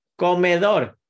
Comedor